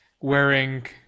wearing